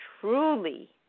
truly